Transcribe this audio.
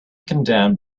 condemned